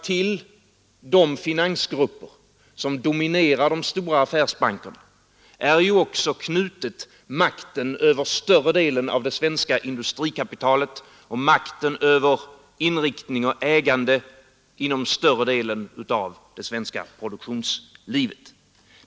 Till de finansgrupper som dominerar de stora affärsbankerna är ju också knutna makten över större delen av det svenska industrikapitalet och makten över inriktning och ägande inom större delen av det svenska produktionslivet.